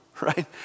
right